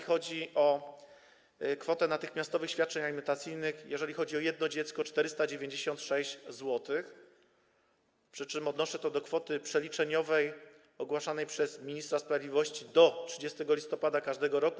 Co do kwoty natychmiastowych świadczeń alimentacyjnych, jeżeli chodzi o jedno dziecko, to jest to 496 zł., przy czym odnoszę to do kwoty przeliczeniowej ogłaszanej przez ministra sprawiedliwości do 30 listopada każdego roku.